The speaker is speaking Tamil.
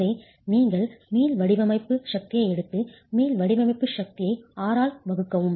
எனவே நீங்கள் மீள் வடிவமைப்பு சக்தியை எடுத்து மீள் வடிவமைப்பு சக்தியை R ஆல் வகுக்கவும்